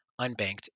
unbanked